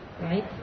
right